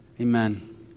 Amen